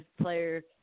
player